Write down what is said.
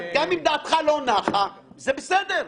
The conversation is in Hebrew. גם אם דעתך לא נחה, זה בסדר.